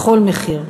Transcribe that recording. בכל מחיר.